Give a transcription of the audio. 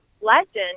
legend